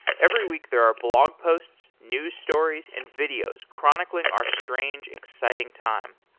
every week, there are blog posts, news stories, and videos chronicling our strange, exciting time.